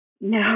No